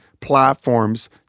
platforms